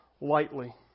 lightly